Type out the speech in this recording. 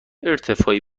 ارتفاعی